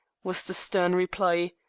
was the stern reply.